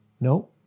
No